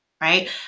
right